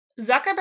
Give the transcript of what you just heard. Zuckerberg